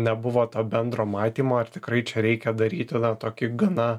nebuvo to bendro matymo ar tikrai čia reikia daryti tą tokį gana